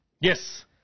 Yes